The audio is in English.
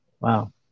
Wow